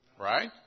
Right